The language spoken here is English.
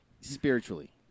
spiritually